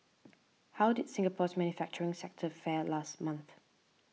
how did Singapore's manufacturing sector fare last month